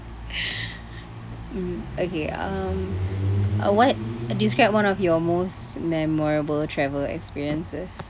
mm okay um uh what describe one of your most memorable travel experiences